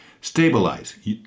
Stabilize